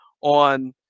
on